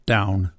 Down